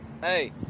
Hey